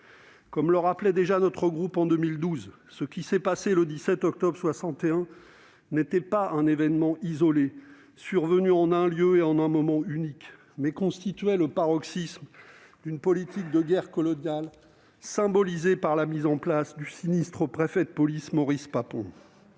Comme le rappelait déjà notre groupe en 2012, ce qui s'est passé le 17 octobre 1961 n'était pas un événement isolé survenu en un lieu et en un moment unique. Cela constitua le paroxysme d'une politique de guerre coloniale symbolisée par la mise en place du sinistre préfet de police Maurice Papon.